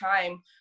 time